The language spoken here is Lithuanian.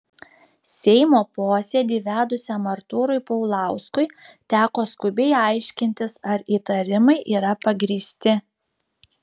seimo posėdį vedusiam artūrui paulauskui teko skubiai aiškintis ar įtarimai yra pagrįsti